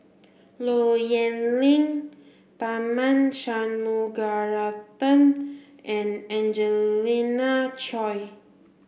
Low Yen Ling Tharman Shanmugaratnam and Angelina Choy